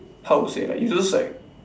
how to say ah you just like